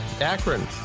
Akron